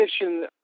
mission